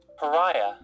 Pariah